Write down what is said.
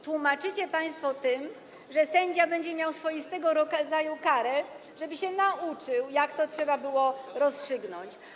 Tłumaczycie to państwo tym, że sędzia będzie miał swoistego rodzaju karę, żeby się nauczył, jak trzeba było to rozstrzygnąć.